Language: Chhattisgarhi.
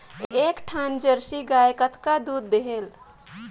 एक ठन जरसी गाय कतका दूध देहेल?